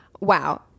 wow